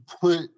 put